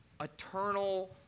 eternal